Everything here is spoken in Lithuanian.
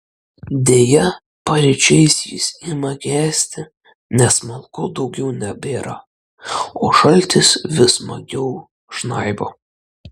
deja paryčiais jis ima gesti nes malkų daugiau nebėra o šaltis vis smagiau žnaibo